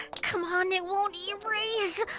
come on! it won't erase!